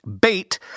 Bait